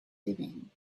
living